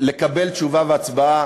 לקבל תשובה והצבעה